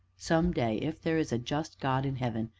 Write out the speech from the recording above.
some day, if there is a just god in heaven,